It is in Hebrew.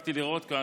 הספקתי לראות כאן,